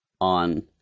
on